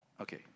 Okay